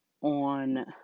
on